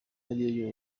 ariyo